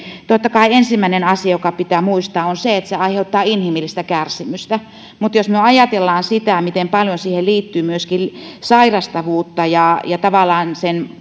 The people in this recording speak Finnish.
totta kai ensimmäinen asia mikä pitää muistaa on se että se aiheuttaa inhimillistä kärsimystä mutta jos me ajattelemme sitä miten paljon siihen liittyy sairastavuutta ja ja